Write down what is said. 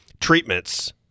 treatments